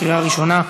לקריאה ראשונה,